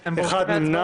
אחד.